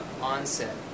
onset